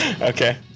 Okay